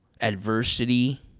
adversity